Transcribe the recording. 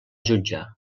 jutjar